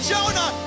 Jonah